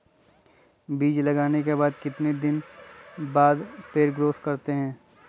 बीज लगाने के बाद कितने दिन बाद पर पेड़ ग्रोथ करते हैं?